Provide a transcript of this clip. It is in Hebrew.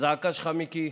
הזעקה שלך, מיקי,